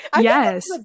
yes